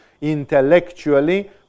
intellectually